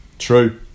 true